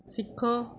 ਸਿੱਖੋ